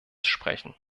sprechen